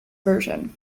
version